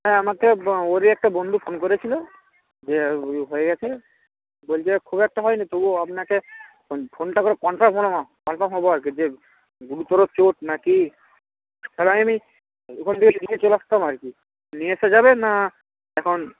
হ্যাঁ আমাকে ওরই একটা বন্ধু ফোন করেছিল যে হয়ে গেছে বলছে খুব একটা হয়নি তবুও আপনাকে ফোনটা করে কনফার্ম কনফার্ম হবো আর কি যে গুরুতর চোট নাকি জানায়নি ওখান থেকে নিয়ে চলে আসতাম আর কি নিয়ে আসা যাবে না এখন